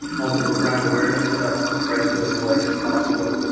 also, for brand awareness, so that spreads it as wide as possible.